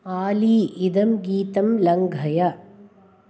आली इदं गीतं लङ्घय